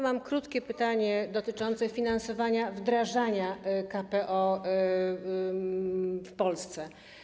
Mam krótkie pytanie dotyczące finansowania wdrażania KPO w Polsce.